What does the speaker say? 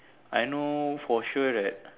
I know for sure that